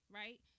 right